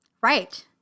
right